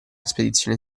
spedizione